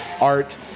art